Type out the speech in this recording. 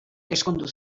ezkondu